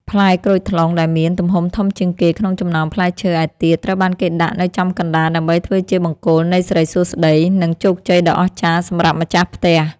ផ្លែក្រូចថ្លុងដែលមានទំហំធំជាងគេក្នុងចំណោមផ្លែឈើឯទៀតត្រូវបានគេដាក់នៅចំកណ្ដាលដើម្បីធ្វើជាបង្គោលនៃសិរីសួស្តី និង ជោគជ័យដ៏អស្ចារ្យសម្រាប់ម្ចាស់ផ្ទះ។